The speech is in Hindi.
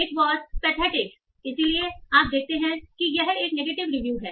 इट वॉज पैथेटिक इसलिए आप देखते हैं कि यह एक नेगेटिव रिव्यू है